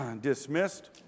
dismissed